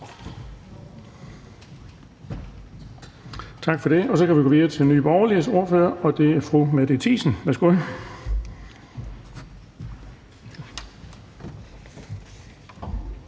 ordføreren. Så kan vi gå videre til Nye Borgerliges ordfører. Det er fru Mette Thiesen. Værsgo.